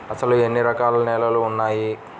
అసలు ఎన్ని రకాల నేలలు వున్నాయి?